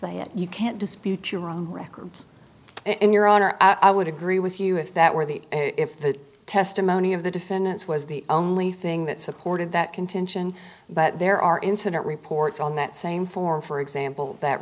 if you can't dispute your own records in your honor i would agree with you if that were the if the testimony of the defendants was the only thing that supported that contention but there are incident reports on that same form for example that